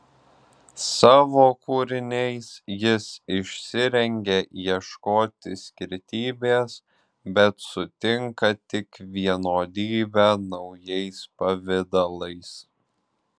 savo kūriniais jis išsirengia ieškoti skirtybės bet sutinka tik vienodybę naujais pavidalais